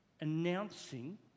announcing